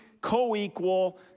co-equal